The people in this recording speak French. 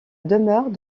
demeure